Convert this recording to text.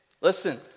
Listen